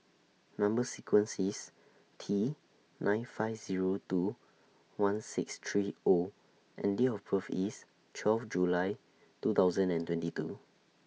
Number sequence IS T nine five Zero two one six three O and Date of birth IS twelve July two thousand and twenty two